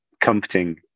comforting